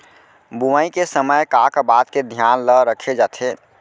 बुआई के समय का का बात के धियान ल रखे जाथे?